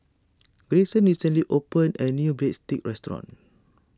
Grayson recently opened a new Breadsticks restaurant